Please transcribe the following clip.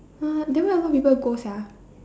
uh then why a lot people go sia